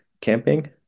camping